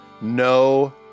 no